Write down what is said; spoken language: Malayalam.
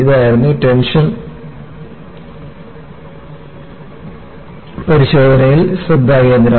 ഇതായിരുന്നു ടെൻഷൻ പരിശോധനയിൽ ശ്രദ്ധാകേന്ദ്രം